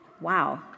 wow